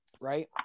Right